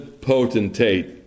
potentate